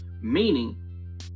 Meaning